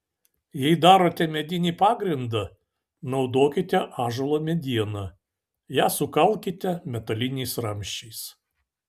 jei darote medinį pagrindą naudokite ąžuolo medieną ją sukalkite metaliniais ramsčiais